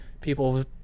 People